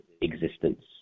existence